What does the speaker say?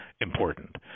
important